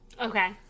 Okay